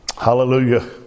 hallelujah